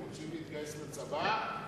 הם רוצים להתגייס לצבא,